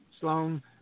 Sloan